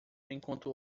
enquanto